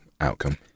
outcome